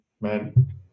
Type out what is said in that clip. man